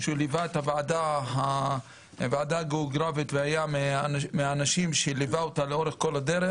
שליווה את הוועדה הגיאוגרפית והיה מהאנשים שליווה אותה לאורך כל הדרך.